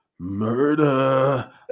Murder